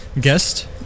guest